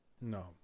No